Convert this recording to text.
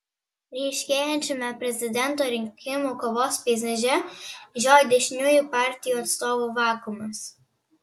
ryškėjančiame prezidento rinkimų kovos peizaže žioji dešiniųjų partijų atstovų vakuumas